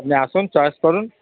আপনি আসুন চয়েস করুন